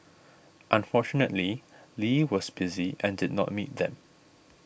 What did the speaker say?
unfortunately Lee was busy and did not meet them